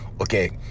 okay